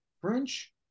French